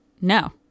no